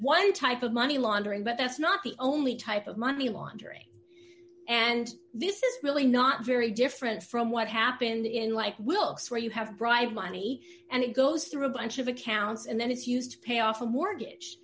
one type of money laundering but that's not the only type of money laundering and this is really not very different from what happened in like will swear you have a bribe money and it goes through a bunch of accounts and then it's used to pay off a mortgage